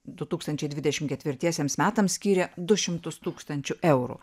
du tūkstančiai dvidešimt ketvirtiesiems metams skyrė du šimtus tūkstančių eurų